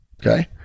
Okay